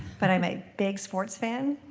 but i'm a big sports fan.